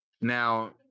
Now